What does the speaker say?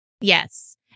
Yes